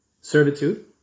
servitude